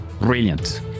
Brilliant